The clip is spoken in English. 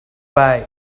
bye